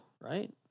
right